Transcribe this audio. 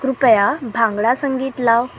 कृपया भांगडा संगीत लाव